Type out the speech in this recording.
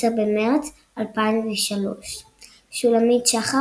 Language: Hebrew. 10 במרץ 2003 שולמית שחר,